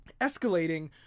escalating